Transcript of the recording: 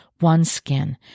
OneSkin